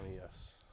yes